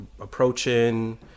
approaching